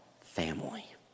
family